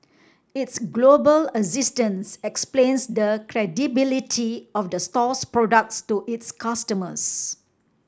its global existence explains the credibility of the store's products to its customers